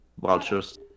Vultures